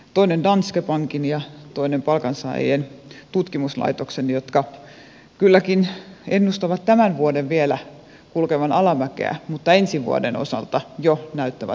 toinen oli danske bankin ja toinen palkansaajien tutkimuslaitoksen jotka kylläkin ennustavat tämän vuoden vielä kulkevan alamäkeä mutta ensi vuoden osalta jo näyttävät plussaa